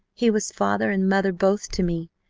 he was father and mother both to me.